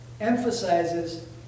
emphasizes